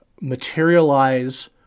materialize